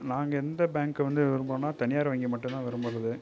நாங்கள் எந்த பேங்க்கை வந்து விரும்புவோன்னா தனியார் வங்கியை மட்டும் தான் விரும்புறது